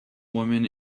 woman